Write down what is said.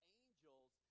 angels